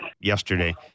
yesterday